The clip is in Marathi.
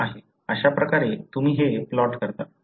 अशाप्रकारे तुम्ही हे प्लॉट करता